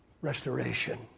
Restoration